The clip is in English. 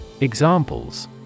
Examples